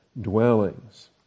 dwellings